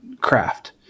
craft